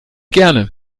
gerne